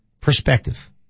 Perspective